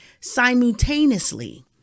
simultaneously